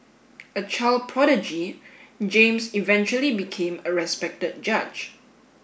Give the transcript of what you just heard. a child prodigy James eventually became a respected judge